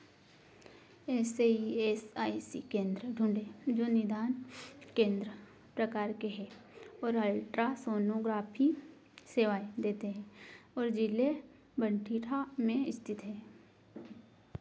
ऐसे E S I C केंद्र ढूँढें जो निदान केंद्र प्रकार के हैं और अल्ट्रासोनोग्राफ़ी सेवाएँ देते हैं और जिले भटिंडा में स्थित हैं